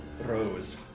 rose